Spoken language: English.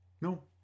No